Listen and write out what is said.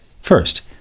First